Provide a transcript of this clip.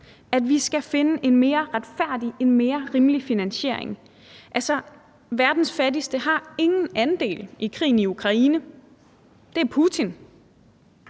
at vi skal finde en mere retfærdig, en mere rimelig finansiering? Altså, verdens fattigste har ingen andel i krigen i Ukraine. Det er Putin.